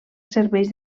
serveix